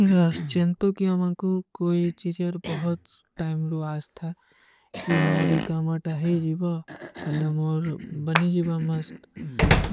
ନିରାସ ଚେଂତୋ କି ଅମାଂକୋ କୋଈ ଚୀଜର ବହୁତ ଟାଇମ ଲୁଆ ଆଜ ଥା କି ମୋରୀ କାମଟା ହୈ ଜୀଵା, ହଲେ ମୋର ବନୀ ଜୀଵା ମସ୍ତ,